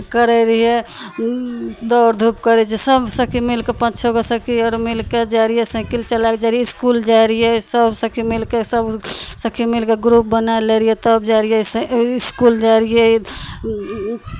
करै रहियै दौड़ धूप करै छै सभ सखी मिलि कऽ पाँच छओ गो सखी अर मिलि कऽ जाइ रहियै साइकिल चला कऽ जाइ रहियै इसकुल जाइ रहियै सभ सखी मिलि कऽ सभ सखी मिलि कऽ ग्रुप बना लै रहियै तब जाइ रहियै स इसकुल जाइ रहियै